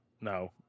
no